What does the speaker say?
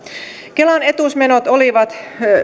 kelan etuusmenot olivat